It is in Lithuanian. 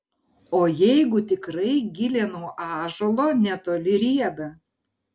o jeigu tikrai gilė nuo ąžuolo netoli rieda